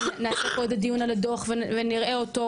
נעשה פה עוד דיון על הדוח ונראה אותו,